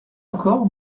encore